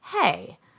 hey